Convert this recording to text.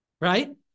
right